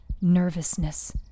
nervousness